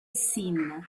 sin